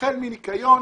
החל מניקיון,